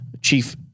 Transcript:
chief